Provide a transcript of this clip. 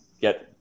get –